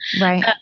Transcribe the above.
right